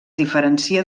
diferencia